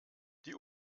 die